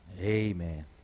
Amen